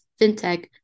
fintech